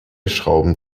schrauben